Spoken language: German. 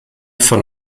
von